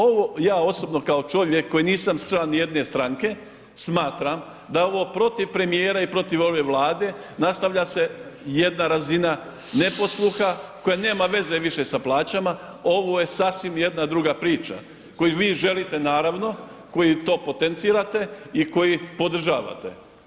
Ovo ja osobno kao čovjek koji nisam član nijedne stranke, smatram da ovo protiv premijera i protiv ove Vlade nastavlja se jedna razina neposluha koja nema veze više sa plaćama, ovo je sasvim jedna druga priča koju vi želite naravno, koji to potencirate i koji podržavate.